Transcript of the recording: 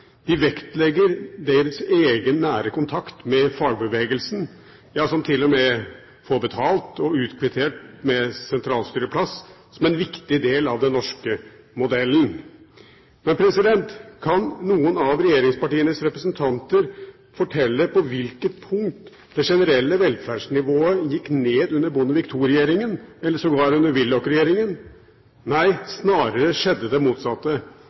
De vektlegger sin egen nære kontakt med fagbevegelsen – som til og med får betalt og utkvittert med sentralstyreplass – som en viktig del av den norske modellen. Men kan noen av regjeringspartienes representanter fortelle på hvilket punkt det generelle velferdsnivået gikk ned under Bondevik II-regjeringen, eller sågar under Willoch-regjeringen? Nei, snarere skjedde det motsatte,